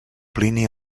plini